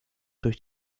durch